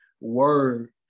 word